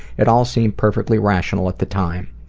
it all seemed perfectly rational at the time.